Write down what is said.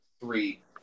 three